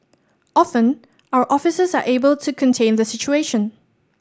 often our officers are able to contain the situation